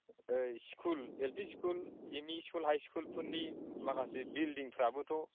ओ school LP school ME school high स्कुलफोरनि माखासे बिल्डिंफ्रा